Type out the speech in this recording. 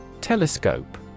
Telescope